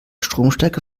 stromstärke